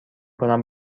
کنم